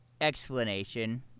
explanation